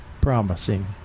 promising